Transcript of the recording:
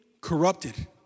corrupted